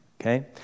Okay